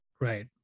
Right